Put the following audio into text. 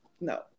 No